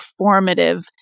performative